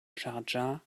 schardscha